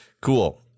Cool